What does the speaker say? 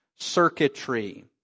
circuitry